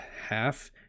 half